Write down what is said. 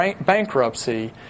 bankruptcy